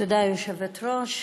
תודה, היושבת-ראש.